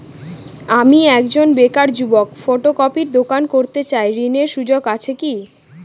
আমি একজন বেকার যুবক ফটোকপির দোকান করতে চাই ঋণের সুযোগ আছে কি?